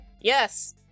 Yes